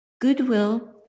goodwill